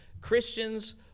Christians